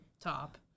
top